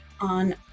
on